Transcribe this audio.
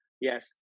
Yes